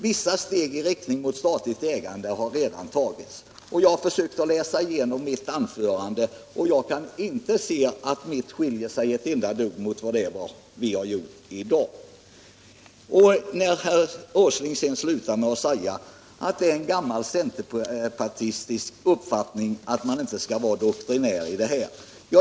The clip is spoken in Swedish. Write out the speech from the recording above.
Vissa steg i riktning mot statligt ägande har redan tagits.” Jag har läst igenom vad jag sade i debatten i mars, och jag kan inte finna att vad jag sade då skiljer sig från vad jag har sagt i dag. Herr Åsling slutade med att säga att det är en gammal centerpartistisk uppfattning att man inte skall vara doktrinär.